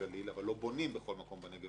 אבל לא בונים בכל מקום בנגב ובגליל,